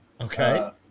Okay